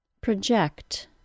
project